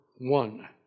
one